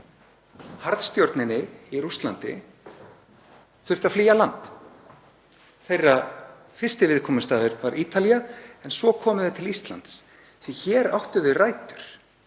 harðstjórninni í Rússlandi þurftu að flýja land. Þeirra fyrsti viðkomustaður var Ítalía en svo komu þau til Íslands því að hér áttu þau rætur.